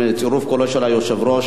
ובצירוף קולו של היושב-ראש,